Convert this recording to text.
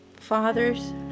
fathers